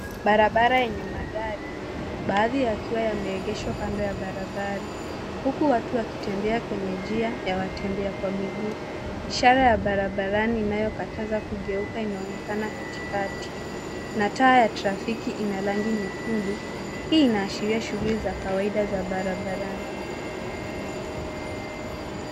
Barabara yenye magari, baadhi yakiwa yameegeshwa kando ya barabara huku watu wakitembea kwenye njia ya watembea kwa miguu. Ishara ya barabarani inayokataza kugeuka inaonekana katikati na taa ya trafiki ina rangi nyekundu. Hii inaashiria shughuli za kawaida za barabarani.